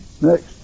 Next